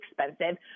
expensive